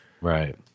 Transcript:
Right